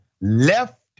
left